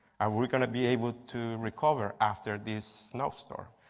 we going to be able to recover after this snowstorm?